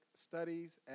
studies